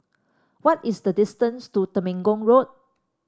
what is the distance to Temenggong Road